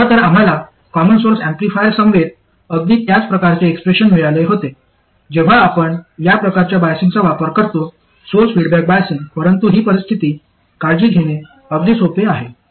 खरं तर आम्हाला कॉमन सोर्स ऍम्प्लिफायरसमवेत अगदी त्याच प्रकारचे एक्सप्रेशन मिळाले होते जेव्हा आपण या प्रकारच्या बायसिंगचा वापर करतो सोर्स फीडबॅक बायसिंग परंतु ही परिस्थिती काळजी घेणे अगदी सोपे आहे